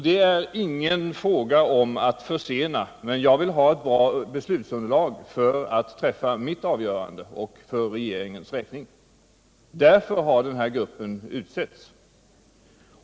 Det är ingen fråga om att försena, men jag vill ha ett bra beslutsunderlag för att träffa mitt avgörande och för regeringens räkning. Därför har den här gruppen utsetts.